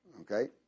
Okay